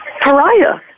pariah